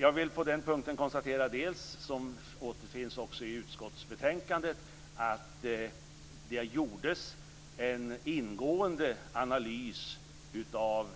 Jag vill på den punkten konstatera det som också finns i utskottsbetänkandet, att det gjordes en ingående analys av